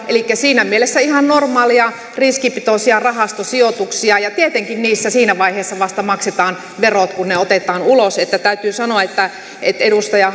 elikkä ne ovat siinä mielessä ihan normaaleja riskipitoisia rahastosijoituksia tietenkin niissä vasta siinä vaiheessa maksetaan verot kun ne otetaan ulos täytyy sanoa että että edustaja